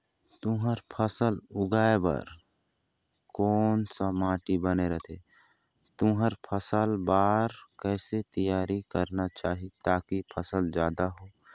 तुंहर फसल उगाए बार कोन सा माटी बने रथे तुंहर फसल बार कैसे तियारी करना चाही ताकि फसल जादा हो?